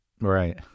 right